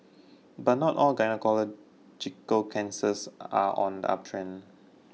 but not all gynaecological cancers are on the uptrend